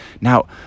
Now